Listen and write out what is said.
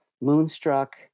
Moonstruck